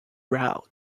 route